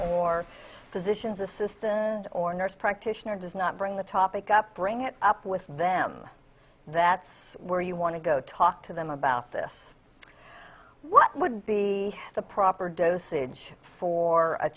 or physician's assistant or nurse practitioner does not bring the topic up bring it up with them that's where you want to go talk to them about this what would be the proper dosage for a